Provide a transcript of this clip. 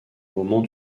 moment